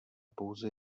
pouze